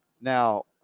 Now